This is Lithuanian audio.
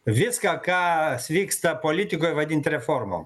viską kas vyksta politikoje vadinti reformom